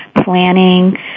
planning